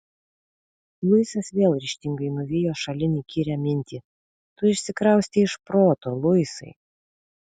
luisas vėl ryžtingai nuvijo šalin įkyrią mintį tu išsikraustei iš proto luisai